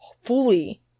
fully